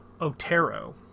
otero